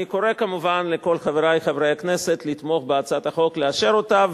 אני קורא כמובן לכל חברי חברי הכנסת לתמוך בהצעת החוק ולאשר אותה.